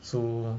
so